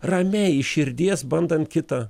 ramiai iš širdies bandant kitą